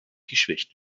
geschwächt